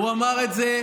הוא אמר את זה,